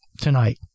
tonight